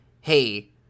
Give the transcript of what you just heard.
hey